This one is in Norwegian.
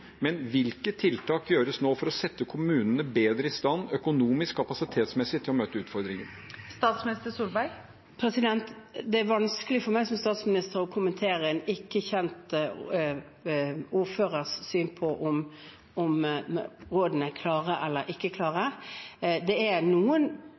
men hvilke tiltak settes inn nå for å sette kommunene økonomisk og kapasitetsmessig bedre i stand til å møte utfordringen? Det er vanskelig for meg som statsminister å kommentere en ikke kjent ordførers syn på om rådene er klare eller ikke.